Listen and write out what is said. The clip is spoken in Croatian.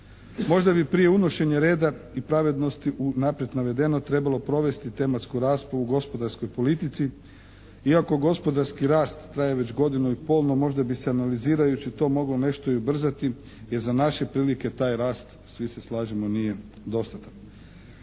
Možda bi prije unošenja reda i pravednosti u naprijed navedeno trebalo provesti tematsku raspravu o gospodarskoj politici iako gospodarski rast traje već godinu i pol no možda bi se analizirajući to moglo nešto i ubrzati jer za naše prilike taj rast svi se slažemo nije dostatan.